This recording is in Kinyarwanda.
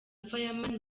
fireman